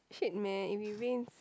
shit man if it rains